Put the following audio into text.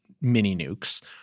mini-nukes